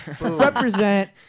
Represent